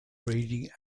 reading